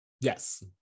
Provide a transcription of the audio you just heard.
Yes